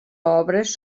obres